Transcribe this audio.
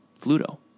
Pluto